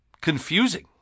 Confusing